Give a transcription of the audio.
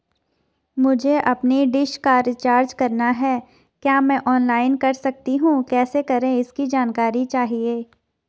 मुझे अपनी डिश का रिचार्ज करना है क्या मैं ऑनलाइन कर सकता हूँ कैसे करें इसकी जानकारी चाहिए?